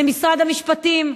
למשרד המשפטים.